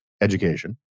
education